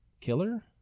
killer